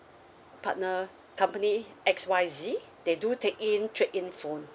partner company X Y Z they do take in trade in phone